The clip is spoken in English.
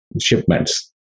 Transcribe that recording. shipments